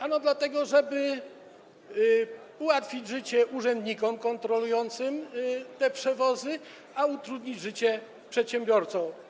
Ano dlatego, żeby ułatwić życie urzędnikom kontrolującym te przewozy, a utrudnić życie przedsiębiorcom.